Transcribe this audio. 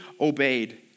obeyed